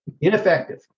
Ineffective